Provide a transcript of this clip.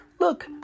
look